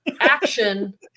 action